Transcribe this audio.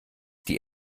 die